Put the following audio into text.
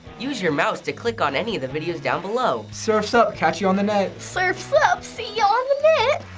use your mouse to click on any of the videos down below. surf's up, catch you on the net! surf's up, see ya on the net!